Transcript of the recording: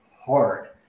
hard